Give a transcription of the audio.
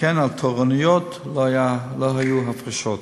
שכן על תורנויות לא היו הפרשות,